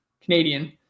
Canadian